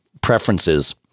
preferences